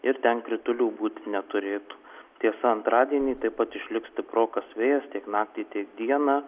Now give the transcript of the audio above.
ir ten kritulių būti neturėtų tiesa antradienį taip pat išliks stiprokas vėjas tiek naktį tiek dieną